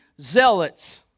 zealots